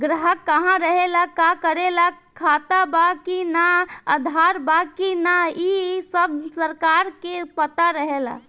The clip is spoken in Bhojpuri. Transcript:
ग्राहक कहा रहेला, का करेला, खाता बा कि ना, आधार बा कि ना इ सब सरकार के पता रहेला